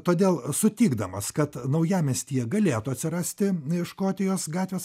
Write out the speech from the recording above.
todėl sutikdamas kad naujamiestyje galėtų atsirasti škotijos gatvės